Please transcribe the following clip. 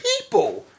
people